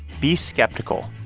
be skeptical.